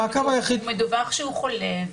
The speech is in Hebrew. מדווח שהוא חולה.